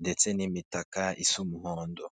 ndetse n'imitaka isa umuhondo.